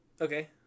Okay